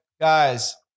guys